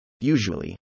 Usually